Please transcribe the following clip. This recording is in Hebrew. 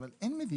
אבל אין מדיניות,